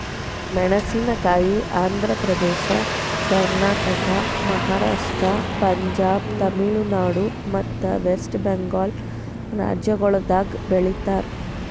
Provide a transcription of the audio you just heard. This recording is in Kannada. ಮೇಣಸಿನಕಾಯಿ ಆಂಧ್ರ ಪ್ರದೇಶ, ಕರ್ನಾಟಕ, ಮಹಾರಾಷ್ಟ್ರ, ಪಂಜಾಬ್, ತಮಿಳುನಾಡು ಮತ್ತ ವೆಸ್ಟ್ ಬೆಂಗಾಲ್ ರಾಜ್ಯಗೊಳ್ದಾಗ್ ಬೆಳಿತಾರ್